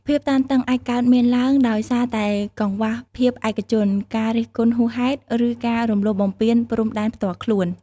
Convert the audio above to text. ភាពតានតឹងអាចកើតមានឡើងដោយសារតែកង្វះភាពឯកជន ការរិះគន់ហួសហេតុ ឬការរំលោភបំពានព្រំដែនផ្ទាល់ខ្លួន។